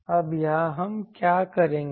अब यहाँ हम क्या करेंगे